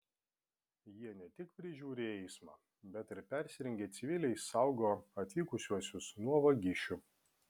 jie ne tik prižiūri eismą bet ir persirengę civiliais saugo atvykusiuosius nuo vagišių